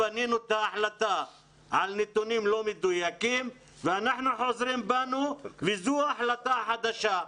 בניתם את ההחלטה על נתונים לא מדויקים ואתם חוזרים בכם ויש החלטה חדשה.